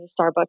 Starbucks